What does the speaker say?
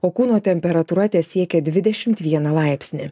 o kūno temperatūra tesiekė dvidešimt vieną laipsnį